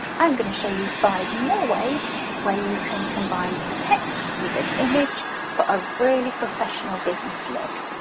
i'm going to show you five more ways where you can combine text with an image for a really professional business look.